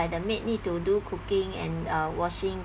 the maid need to do cooking and uh washing